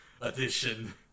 edition